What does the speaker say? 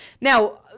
Now